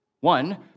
One